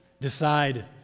decide